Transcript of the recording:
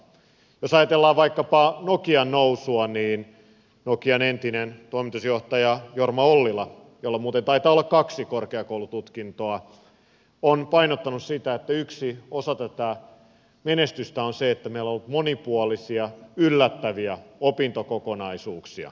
jos ajatellaan vaikkapa nokian nousua niin nokian entinen toimitusjohtaja jorma ollila jolla muuten taitaa olla kaksi korkeakoulututkintoa on painottanut sitä että yksi osa tätä menestystä on se että meillä on monipuolisia yllättäviä opintokokonaisuuksia